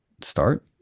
start